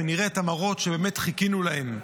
ונראה את המראות שבאמת חיכינו להם,